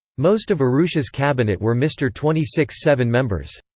most of urrutia's cabinet were mr twenty six seven members.